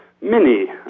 mini